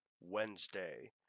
Wednesday